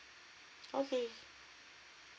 okay